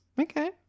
Okay